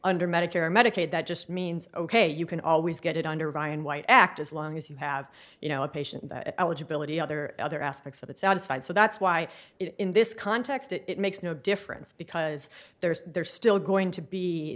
under medicare or medicaid that just means ok you can always get it under ryan white act as long as you have you know a patient eligibility other other aspects of it satisfied so that's why in this context it makes no difference because there's there's still going to be